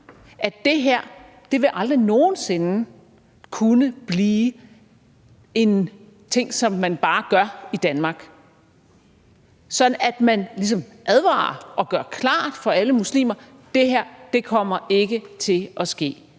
at det her vil aldrig nogen sinde kunne blive noget, som man bare gør i Danmark, sådan at vi ligesom advarer og gør det klart for alle muslimer, at det her ikke kommer til at ske;